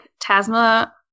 Tasma